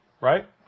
Right